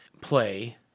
play